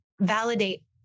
validate